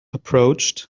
approached